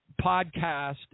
podcast